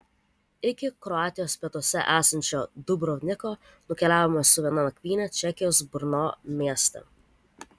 iki kroatijos pietuose esančio dubrovniko nukeliavome su viena nakvyne čekijos brno mieste